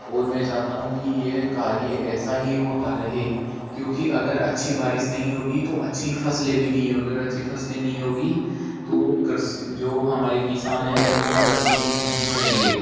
और मैं चाहता हूँ कि यह कार्य ऐसा ही होता रहे क्यूँकि अगर अच्छी बारिश नहीं होगी तो अच्छी फसलें भी नहीं होगी और अच्छी फसलें नही होगी तो क्रस जो हमारे किसान हैं वो कृषि नहीं करेंगे